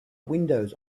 windows